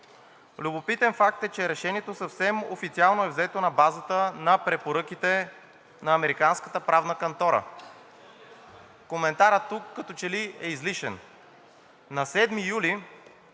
Любопитен факт е, че решението съвсем официално е взето на базата на препоръките на американската правна кантора. Коментарът тук като че ли е излишен.